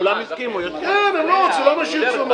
למה שירצו?